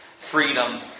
freedom